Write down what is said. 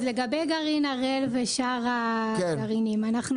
אז לגבי גרעין הראל ושאר הגרעינים: שוב,